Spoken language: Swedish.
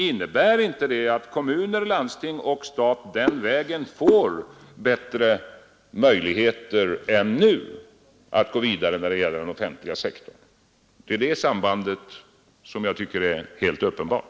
Innebär inte det att kommuner, landsting och stat den vägen får bättre möjligheter än nu att gå vidare när det gäller den offentliga sektorn? Det är det sambandet som jag tycker är helt uppenbart.